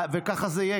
ככה זה יהיה,